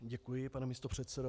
Děkuji, pane místopředsedo.